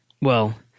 Well